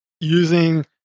using